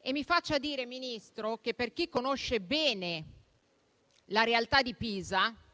E mi faccia dire, Ministro, per chi conosce bene la realtà di Pisa, che